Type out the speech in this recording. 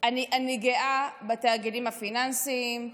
אני גאה בתאגידים הפיננסיים,